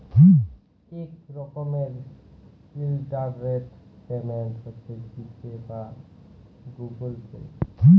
ইক রকমের internet payment হছে জি পে বা গুগল পে